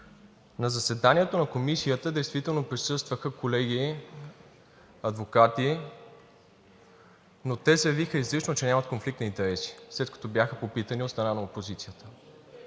На заседанието на Комисията действително присъстваха колеги адвокати, но те заявиха изрично, че нямат конфликт на интереси, след като бяха попитани от страна на опозицията.